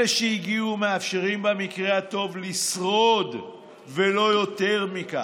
אלה שהגיעו מאפשרים במקרה הטוב לשרוד ולא יותר מכך.